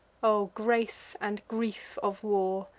o grace and grief of war!